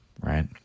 right